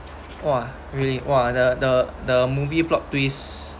!wah! really !wah! the the the movie plot twist